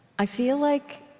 i feel like,